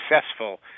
successful